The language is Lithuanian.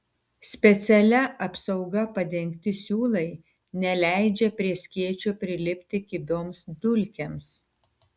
specialia apsauga padengti siūlai neleidžia prie skėčio prilipti kibioms dulkėms